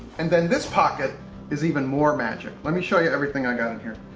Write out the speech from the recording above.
and then this pocket is even more magic. let me show you everything i got in here.